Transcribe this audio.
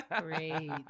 great